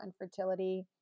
Infertility